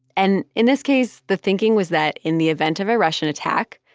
and in this case, the thinking was that, in the event of a russian attack,